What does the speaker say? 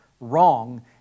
wrong